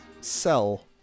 sell